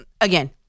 again